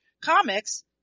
Comics